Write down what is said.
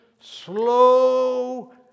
slow